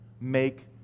Make